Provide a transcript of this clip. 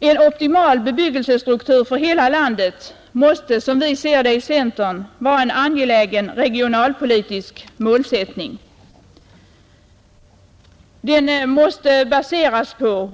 En optimal bebyggelsestruktur för hela landet måste, som vi ser det inom centern, vara en angelägen regionalpolitisk målsättning. Denna måste baseras på